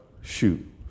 shoot